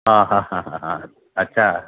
हां हां हां हां हां अच्छा